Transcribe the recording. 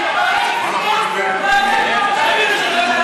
אם כן,